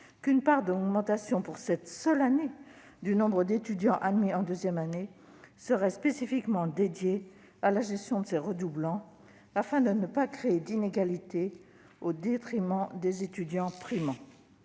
seule année, un pourcentage supplémentaire d'étudiants admis en deuxième année soit spécifiquement dédié à la gestion de ces redoublants, afin de ne pas créer d'inégalités au détriment des étudiants primants.